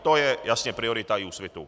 To je jasně priorita Úsvitu.